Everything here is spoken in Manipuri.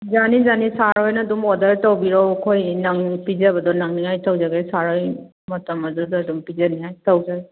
ꯌꯥꯅꯤ ꯌꯥꯅꯤ ꯁꯥꯔ ꯈꯣꯏꯅ ꯑꯗꯨꯝ ꯑꯣꯔꯗꯔ ꯇꯧꯕꯤꯔꯣ ꯑꯩꯈꯣꯏ ꯄꯤꯖꯕꯗꯣ ꯅꯪꯅꯤꯉꯥꯏ ꯇꯧꯖꯒꯦ ꯁꯥꯔ ꯍꯣꯏ ꯃꯇꯝ ꯑꯗꯨꯗ ꯑꯗꯨꯝ ꯄꯤꯖꯅꯤꯡꯉꯥꯏ ꯇꯧꯖꯒꯦ